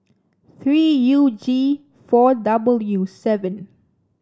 three U G four W seven